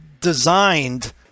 designed